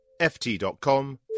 ft.com